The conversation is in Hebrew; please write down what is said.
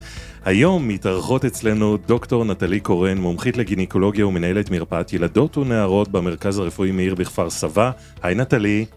היום מתארחות אצלנו דוקטור נטלי קורן, מומחית לגיניקולוגיה ומנהלת מרפאת ילדות ונערות במרכז הרפואי מאיר בכפר סבא. היי נטלי!